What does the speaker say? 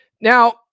Now